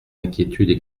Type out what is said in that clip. inquiétudes